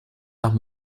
nach